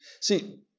See